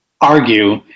argue